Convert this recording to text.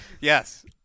Yes